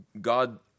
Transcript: God